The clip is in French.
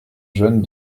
jeune